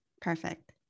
Perfect